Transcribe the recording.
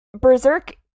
Berserk